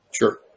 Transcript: Sure